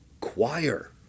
choir